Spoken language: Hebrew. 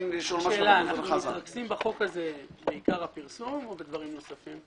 שאלה: מתייחסים בחוק הזה בעיקר לפרסום או לדברים נוספים?